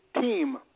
team